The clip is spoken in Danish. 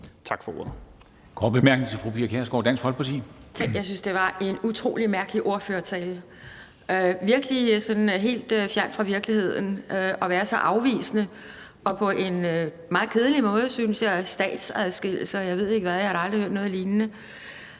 Tak for ordet.